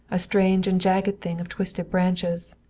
a strange and jagged thing of twisted branches,